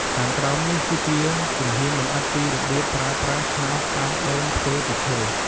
ខាងក្រោមនេះគឺជាជំហានលម្អិតពីបៀបប្រើប្រាស់ខ្នោសកោសដូងធ្វើពីឈើ